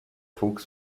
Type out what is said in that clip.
fuchs